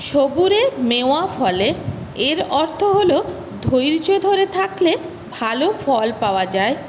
সবুরে মেওয়া ফলে এর অর্থ হল ধৈর্য্য ধরে থাকলে ভালো ফল পাওয়া যায়